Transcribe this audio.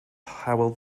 hywel